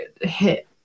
Hit